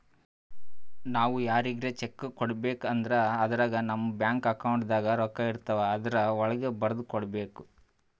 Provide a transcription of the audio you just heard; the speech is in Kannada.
ನಾವ್ ಯಾರಿಗ್ರೆ ಚೆಕ್ಕ್ ಕೊಡ್ಬೇಕ್ ಅಂದ್ರ ಅದ್ರಾಗ ನಮ್ ಬ್ಯಾಂಕ್ ಅಕೌಂಟ್ದಾಗ್ ರೊಕ್ಕಾಇರ್ತವ್ ಆದ್ರ ವಳ್ಗೆ ಬರ್ದ್ ಕೊಡ್ಬೇಕ್